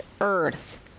earth